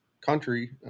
country